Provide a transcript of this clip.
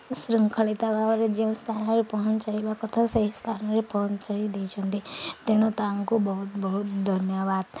ଶୃଙ୍ଖଳିତ ଭାବରେ ଯେଉଁ ସ୍ଥାନରେ ପହଞ୍ଚାଇବା କଥା ସେହି ସ୍ଥାନରେ ପହଞ୍ଚାଇ ଦେଇଛନ୍ତି ତେଣୁ ତାଙ୍କୁ ବହୁତ ବହୁତ ଧନ୍ୟବାଦ